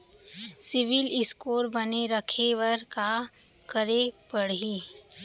CIBIL score बने रखे बर का करे पड़ही?